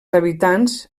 habitants